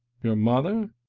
your mother?